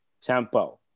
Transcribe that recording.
tempo